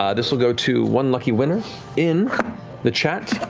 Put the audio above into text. ah this will go to one lucky winner in the chat.